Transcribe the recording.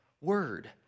word